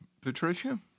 Patricia